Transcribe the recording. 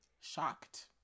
Shocked